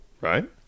right